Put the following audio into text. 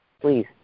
Please